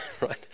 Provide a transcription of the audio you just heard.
right